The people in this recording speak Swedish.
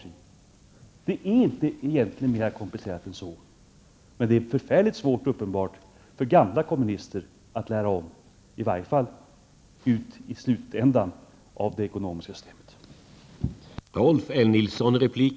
Mera komplicerat än så är det egentligen inte, men det är uppenbart att det är förfärligt svårt för gamla kommunister att lära om, i varje fall när det gäller slutändan i det ekonomiska systemet.